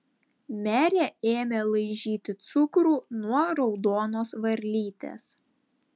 merė ėmė laižyti cukrų nuo raudonos varlytės